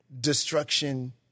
destruction